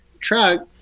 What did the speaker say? truck